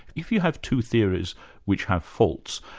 if you have two theories which have faults,